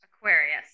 Aquarius